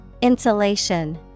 Insulation